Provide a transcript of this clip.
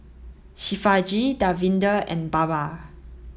Shivaji Davinder and Baba